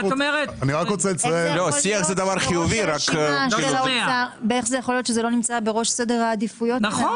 איך יכול להיות שזה לא נמצא בראש סדר העדיפויות של האוצר,